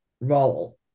role